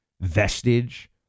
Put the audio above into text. vestige